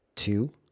Two